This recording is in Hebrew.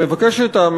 תודה לך,